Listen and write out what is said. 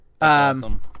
awesome